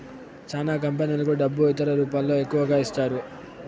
చానా కంపెనీలకు డబ్బు ఇతర రూపాల్లో ఎక్కువగా ఇస్తారు